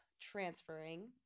transferring